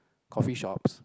coffee shops